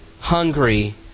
hungry